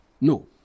No